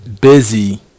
busy